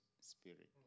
spirit